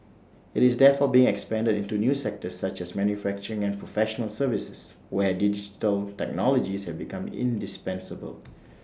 IT is therefore being expanded into new sectors such as manufacturing and professional services where digital technologies have become indispensable